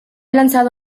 lanzado